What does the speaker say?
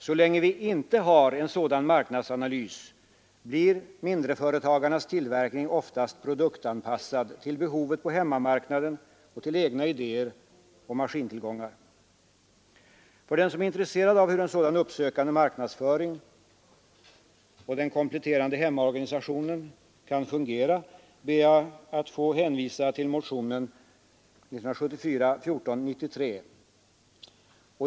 Så länge vi inte har en sådan marknadsanalys blir mindreföretagarnas tillverkning oftast produktanpassad till behovet på hemmamarknaden och till egna idéer och maskintillgångar. Jag ber att få hänvisa den som är intresserad av hur en sådan uppsökande marknadsföring och den kompletterande hemmaorganisationen kan fungera till motionen 1493.